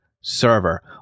server